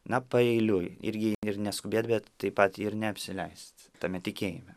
na paeiliui irgi ir neskubėt bet taip pat ir neapsileist tame tikėjime